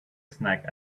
snack